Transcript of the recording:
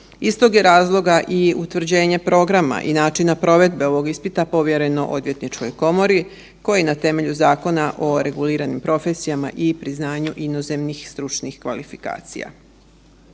Iz tog je razloga i utvrđenje programa i načina provedbe ovog ispita povjereno HOK-u koji na temelju Zakona o reguliranju profesijama i priznanju inozemnih stručnih kvalifikacija.